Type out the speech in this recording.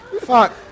fuck